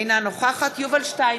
אינה נוכחת יובל שטייניץ,